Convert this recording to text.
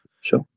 Sure